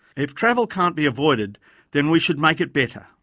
if travel can't be avoided then we should make it better.